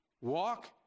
walk